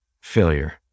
failure